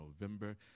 November